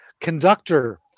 conductor